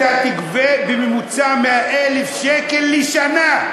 אתה תגבה בממוצע 100,000 שקל לשנה.